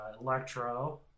electro